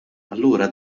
allura